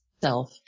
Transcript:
self